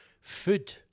Food